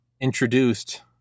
introduced